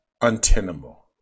untenable